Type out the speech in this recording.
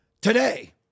today